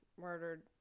murdered